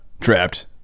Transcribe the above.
Trapped